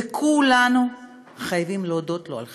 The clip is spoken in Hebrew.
וכולנו חייבים להודות לו על כך.